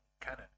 canon